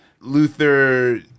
Luther